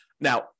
Now